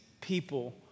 people